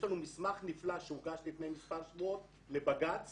יש לנו מסמך נפלא שהוגש לפני מספר שבועות לבג"ץ